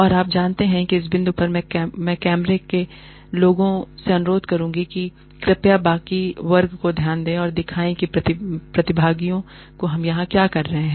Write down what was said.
और आप जानते हैं इस बिंदु पर मैं कैमरे के लोगों से अनुरोध करूंगा कि कृपया बाकी वर्ग पर ध्यान दें और दिखाएं प्रतिभागियों हम यहाँ क्या कर रहे हैं